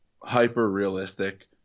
hyper-realistic